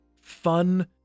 fun